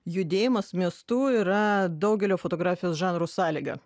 judėjimas miestu yra daugelio fotografijos žanrų sąlyga